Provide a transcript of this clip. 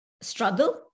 struggle